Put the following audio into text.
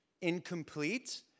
incomplete